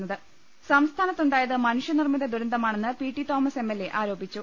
ലലലലലലലലലലലലല സംസ്ഥാനത്തുണ്ടായത് മനുഷ്യനിർമ്മിത ദുരന്തമാ ണെന്ന് P T Thomas M L A ആരോപിച്ചു